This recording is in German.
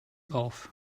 auf